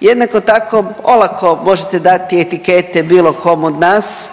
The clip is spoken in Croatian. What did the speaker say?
Jednako tako olako možete dati etikete bilo komu od nas